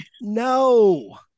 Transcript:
No